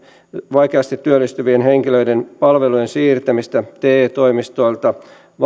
vaikeasti työllistyvien henkilöiden palvelujen siirtämistä te toimistoilta varoineen kunnille tai